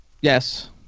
Yes